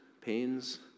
pains